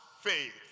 faith